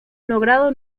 logrado